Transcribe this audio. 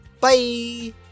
Bye